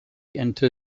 into